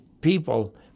people